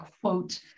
quote